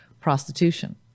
prostitution